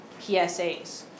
PSAs